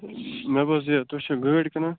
مےٚ بوٗز یہِ تُہۍ چھِو گٲڑۍ کٕنان